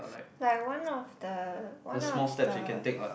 like one of the one of the